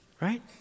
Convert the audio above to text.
Right